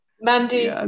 mandy